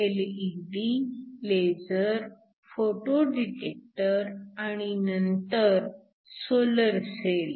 LED laser photo detector आणि नंतर solar sale